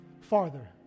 farther